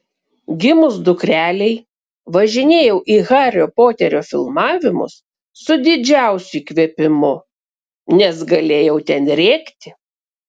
gimus dukrelei važinėjau į hario poterio filmavimus su didžiausiu įkvėpimu nes galėjau ten rėkti